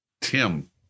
Tim